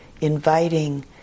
inviting